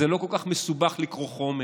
זה לא כל כך מסובך לקרוא חומר,